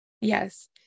Yes